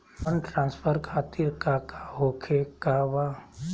Fund transfer खातिर काका होखे का बा?